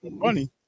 Funny